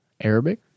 Arabic